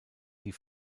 die